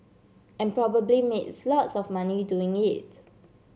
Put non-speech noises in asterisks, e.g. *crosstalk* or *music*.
and probably made *unintelligible* lots of money doing it